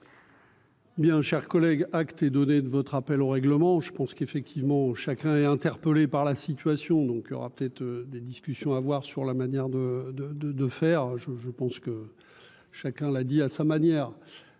bien, chers collègues, acte et donner de votre rappel au règlement, je pense qu'effectivement chacun est interpellé par la situation, donc il y aura peut-être des discussions à avoir sur la manière de, de, de, de faire je, je pense que chacun l'a dit à sa manière,